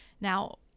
now